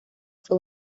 fue